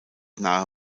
nahe